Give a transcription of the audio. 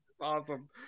Awesome